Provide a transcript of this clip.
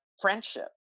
friendship